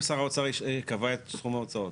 האם שר האוצר קבע את סכום ההוצאות?